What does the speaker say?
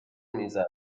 میزد